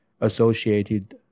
associated